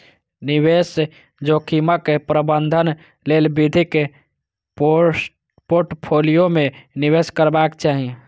निवेश जोखिमक प्रबंधन लेल विविध पोर्टफोलियो मे निवेश करबाक चाही